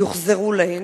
יוחזרו להן.